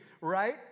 right